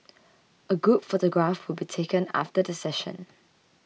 a group photograph will be taken after the session